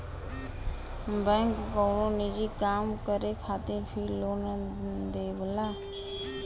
bank कउनो निजी काम करे खातिर भी लोन देवला